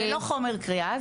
זה לא חומר קריאה,